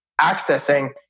accessing